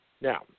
Now